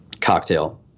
cocktail